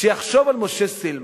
שיחשוב על משה סילמן,